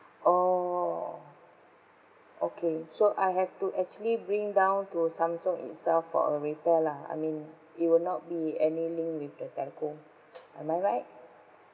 oh okay so I have to actually bring down to samsung itself for a repair lah I mean it will not be any link with the telco am I right